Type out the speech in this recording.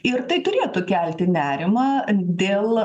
ir tai turėtų kelti nerimą dėl